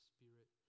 Spirit